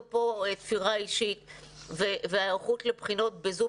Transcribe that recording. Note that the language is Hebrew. כאן תפירה אישית והיערכות לבחינות ב-זום.